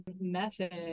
method